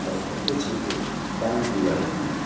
ଆର୍ ଘର୍କେ ଛନ୍କେ ପାଣ୍ ପିଇବାର୍ ଲାଗି ବି